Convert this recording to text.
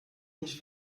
mich